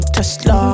Tesla